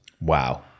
Wow